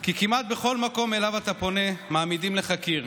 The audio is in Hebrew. כי כמעט בכל מקום שאליו אתה פונה, מעמידים לך קיר: